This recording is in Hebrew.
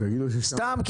סתם,